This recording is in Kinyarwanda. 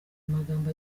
amagambo